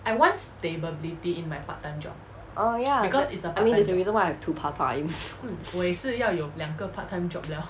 oh ya I mean there's a reason why I have two part-time